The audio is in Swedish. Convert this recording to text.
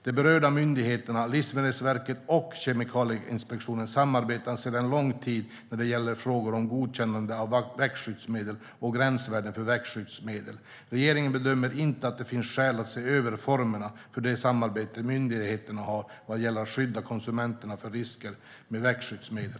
De berörda myndigheterna, Livsmedelsverket och Kemikalieinspektionen, samarbetar sedan lång tid när det gäller frågor om godkännanden av växtskyddsmedel och gränsvärden för växtskyddsmedel. Regeringen bedömer inte att det finns skäl att se över formerna för det samarbete myndigheterna har vad gäller att skydda konsumenter för risker med växtskyddsmedel.